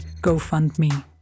GoFundMe